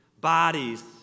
Bodies